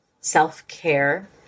self-care